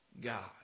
God